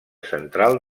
central